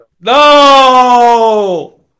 No